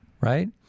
Right